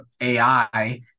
AI